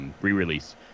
re-release